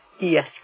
Yes